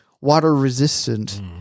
water-resistant